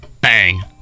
bang